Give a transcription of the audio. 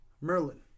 Merlin